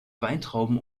weintrauben